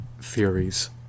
theories